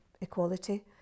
equality